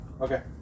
Okay